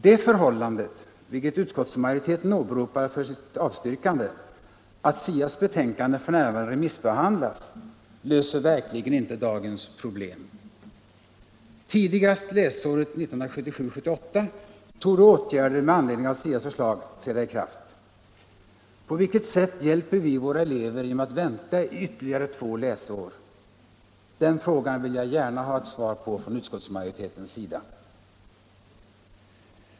Det förhållandet, vilket utskottsmajoriteten åberopar för sitt avstyrkande, att SIA:s betänkande f. n. remissbehandlas, löser verkligen inte dagens problem! Tidigast läsåret 1977/78 torde åtgärder med anledning av SIA:s förslag träda i kraft. På vilket sätt hjälper vi våra elever genom att vänta i ytterligare två läsår? Den frågan vill jag gärna ha ett svar på från utskottsmajoritetens sida.